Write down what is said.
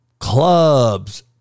Clubs